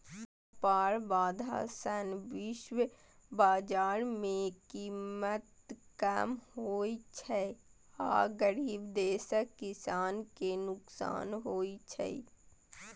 व्यापार बाधा सं विश्व बाजार मे कीमत कम होइ छै आ गरीब देशक किसान कें नुकसान होइ छै